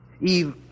Eve